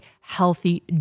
healthy